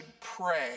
pray